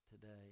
today